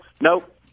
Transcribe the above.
Nope